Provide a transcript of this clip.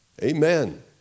Amen